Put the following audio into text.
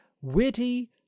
witty